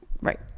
Right